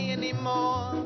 anymore